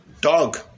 dog